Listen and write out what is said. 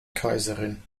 kaiserin